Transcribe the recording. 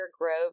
Grove